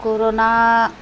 corona